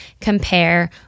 compare